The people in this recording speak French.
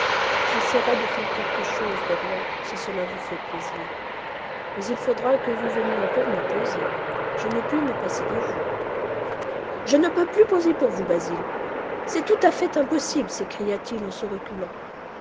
j'essaierai de faire quelque chose dorian si cela vous fait plaisir mais il faudra que vous veniez encore me poser je ne puis me passer de vous je ne peux plus poser pour vous basil c'est tout à fait impossible s ecria t il en se reculant